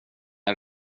att